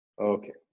okay